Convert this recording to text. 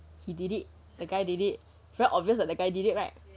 he did it the guy did it very obvious that the guy did it right